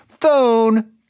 Phone